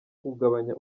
kugabanya